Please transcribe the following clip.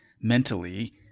mentally